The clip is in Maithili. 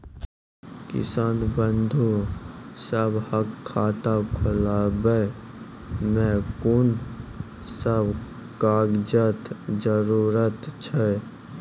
किसान बंधु सभहक खाता खोलाबै मे कून सभ कागजक जरूरत छै?